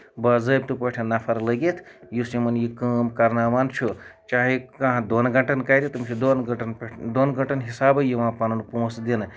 باضٲبطہٕ پٲٹھۍ نَفر لٔگِتھ یُس یِمن یہِ کٲم کرناوان چھُ چاہے کانہہ دۄن گَنٹن کرِ تٔمِس چھِ دۄن گنٹن پٮ۪ٹھ دۄن گنٹن حِسابٕے یِوان پَنُن پونسہٕ دِنہٕ